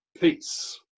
peace